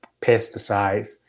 pesticides